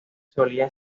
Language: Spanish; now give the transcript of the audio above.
solían